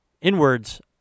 inwards